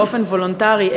באופן וולונטרי,